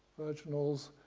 virginals.